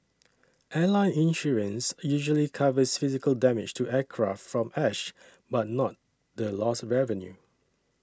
airline insurance usually covers physical damage to aircraft from ash but not the lost revenue